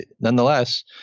nonetheless